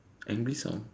angry sound